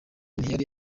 ntiyari